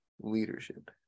leadership